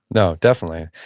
no, definitely.